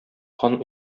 хан